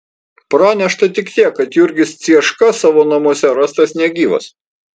pranešta tik tiek kad jurgis cieška savo namuose rastas negyvas